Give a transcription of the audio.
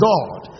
God